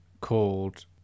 called